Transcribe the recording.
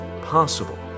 possible